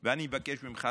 ואני מבקש ממך,